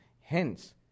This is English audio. hence